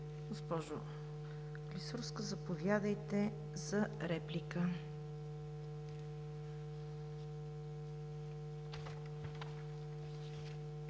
Госпожо Клисурска, заповядайте за реплика.